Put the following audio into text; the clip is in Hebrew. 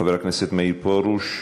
חבר הכנסת מאיר פרוש.